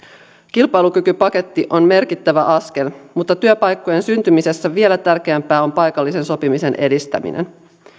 kilpailukykypaketti on merkittävä askel mutta työpaikkojen syntymisessä vielä tärkeämpää on paikallisen sopimisen edistäminen